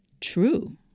true